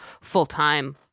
full-time